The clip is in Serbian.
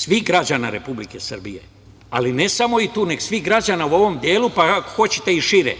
svih građana Republike Srbije ali ne samo i tu nego i svih građana u ovom delu, pa ako hoćete i šire,